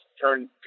turn